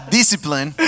discipline